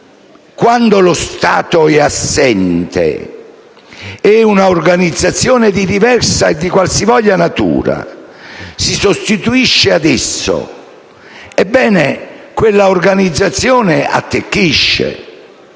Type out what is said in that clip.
Quando lo Stato è assente e una organizzazione di diversa e di qualsivoglia natura si sostituisce ad esso, quella organizzazione attecchisce.